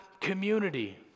community